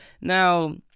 Now